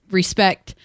respect